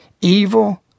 Evil